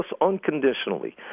unconditionally